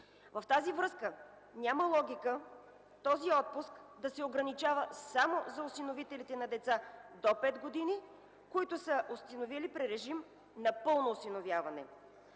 В тази връзка няма логика този отпуск да се ограничава само за осиновителите на деца до 5 години, които са осиновили при режим на пълно осиновяване.